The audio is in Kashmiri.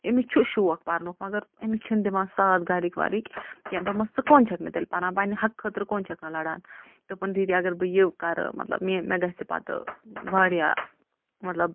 أمِس چھُ شوق پَرنُک مَگر أمِس چھِنہٕ دِوان ساتھ گھرِکۍ وَرِکۍ کیٚنٛہہ دوٚپمَس ژٕ کۄنہٕ چھَکھ نہٕ تیٚلہِ پَران پَننہِ حقہٕ خٲطرٕ کۄنہٕ چھَکھ نہٕ لَڑھان دوٚپُن دیٖدی اَگر بہٕ یہِ کرٕ مطلب مےٚ گژھہِ پَتہٕ واریاہ مطلب